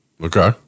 Okay